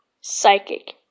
psychic